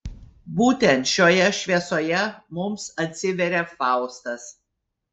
būtent šioje šviesoje mums atsiveria faustas